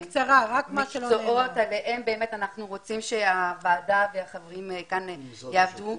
מקצועות עליהם אנחנו רוצים שהוועדה והחברים כאן ידברו.